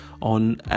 on